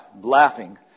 laughing